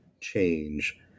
change